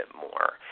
more